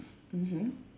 mmhmm